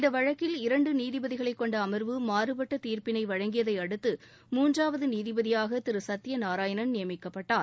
இந்த வழக்கில் இரண்டு நீதிபதிகளை கொண்ட அமர்வு மாறுபட்ட தீர்ப்பினை வழங்கியதை அடுத்து மூன்றாவது நீதிபதியாக திரு சத்திய நாராயணன் நியமிக்கப்பட்டார்